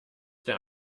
der